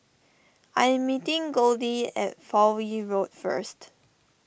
I am meeting Goldie at Fowlie Road first